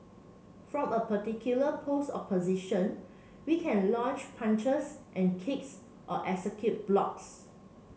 from a particular pose or position we can launch punches and kicks or execute blocks